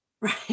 right